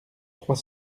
trois